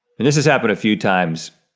and this has happened a few times,